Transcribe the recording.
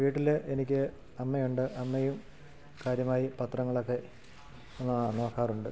വീട്ടിൽ എനിക്ക് അമ്മയുണ്ട് അമ്മയും കാര്യമായി പത്രങ്ങളൊക്കെ നോക്കാറുണ്ട്